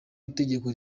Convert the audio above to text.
itegeko